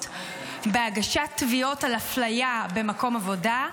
בהגשת תביעות על אפליה במקום העבודה.